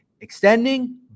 extending